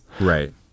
Right